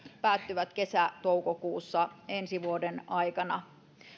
päättyvät kesä toukokuussa ensi vuoden aikana